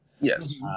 Yes